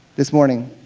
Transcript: this morning?